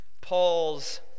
Paul's